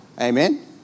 Amen